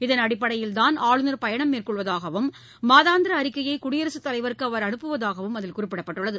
இதன் அடிப்படையில் தான் ஆளுநர் பயணம் மேற்கொள்வதாகவும் மாதாந்திர அறிக்கையை குடியரசுத் தலைவருக்கு அவர் அனுப்புவதாகவும் அதில் குறிப்பிடப்பட்டுள்ளது